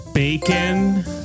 Bacon